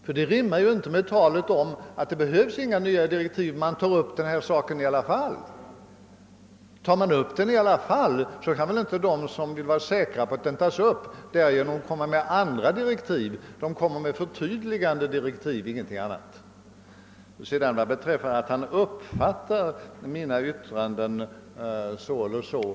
Detta rimmar ju inte med talet om att inga nya direktiv behövs eftersom man tar upp den här frågan i alla fall. Om man nu i alla fall tar upp den kan väl inte de, som vill vara säkra på detta, därigenom anses komma med andra direktiv. De kommer med förtydligande direktiv, ingenting annat. Herr Johansson uttalade också att han uppfattar mina yttranden på det eller det sättet.